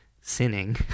sinning